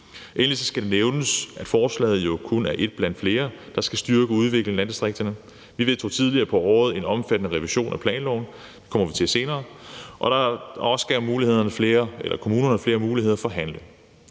Endelig skal det nævnes, at forslaget jo kun er et blandt flere, der skal styrke udviklingen af landdistrikterne. Vi vedtog tidligere på året en omfattende revision af planloven – det kommer vi til senere – der også gav kommunerne flere muligheder for at handle.